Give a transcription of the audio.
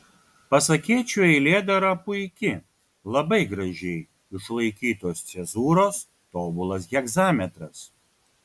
pasakėčių eilėdara puiki labai gražiai išlaikytos cezūros tobulas hegzametras